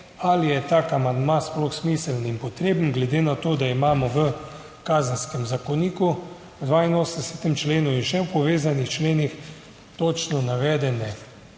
ali je tak amandma sploh smiseln in potreben glede na to, da imamo v Kazenskem zakoniku v 82. členu in še v povezanih členih točno navedene